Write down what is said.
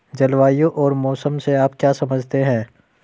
जलवायु और मौसम से आप क्या समझते हैं?